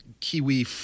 Kiwi